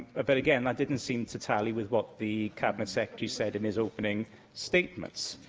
but, again, that didn't seem to tally with what the cabinet secretary said in his opening statements.